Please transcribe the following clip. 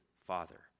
father